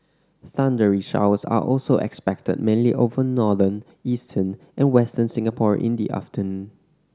thundery showers are also expected mainly over northern eastern and Western Singapore in the afternoon